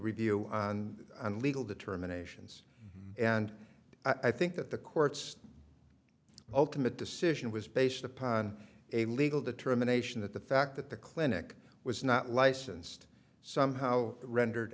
review and legal determinations and i think that the court's ultimate decision was based upon a legal determination that the fact that the clinic was not licensed somehow rendered